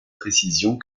précisions